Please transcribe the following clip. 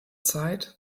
zeit